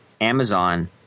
Amazon